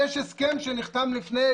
יש הסכם שנחתם לפני